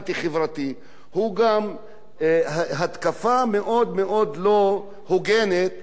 הוא גם התקפה מאוד מאוד לא הוגנת על הדמוקרטיה.